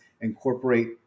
incorporate